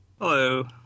Hello